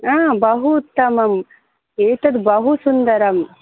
हा बहु उत्तमम् एतत् बहु सुन्दरं